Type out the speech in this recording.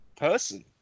person